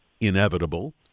inevitable